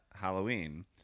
Halloween